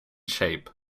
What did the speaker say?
shape